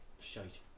Shite